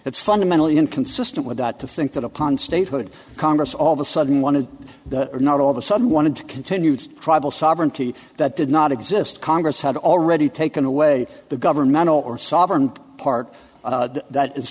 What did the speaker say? it's fundamentally inconsistent with that to think that upon statehood congress all of a sudden one of the or not all of a sudden wanted to continue to tribal sovereignty that did not exist congress had already taken away the governmental or sovereign part that is